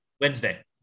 Wednesday